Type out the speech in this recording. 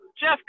Jeff